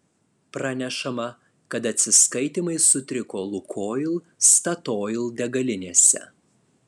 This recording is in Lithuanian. pranešama kad atsiskaitymai sutriko lukoil statoil degalinėse